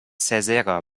caesarea